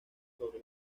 sobre